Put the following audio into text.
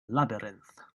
labyrinth